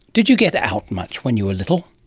did you get out much when you were little?